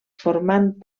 formant